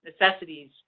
necessities